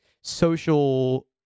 social